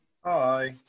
Hi